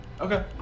okay